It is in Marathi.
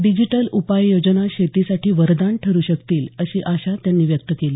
डिजीटल उपाययोजना शेतीसाठी वरदान ठरू शकतील अशी आशा त्यांनी व्यक्त केली